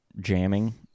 jamming